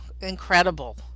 incredible